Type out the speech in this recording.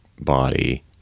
body